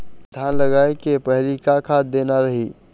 धान लगाय के पहली का खाद देना रही?